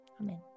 Amen